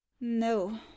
No